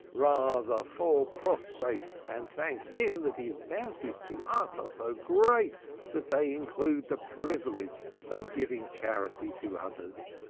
rather fall prostrate and thank him that his bounties to us are so great that they include the privilege of giving charity to others.